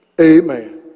Amen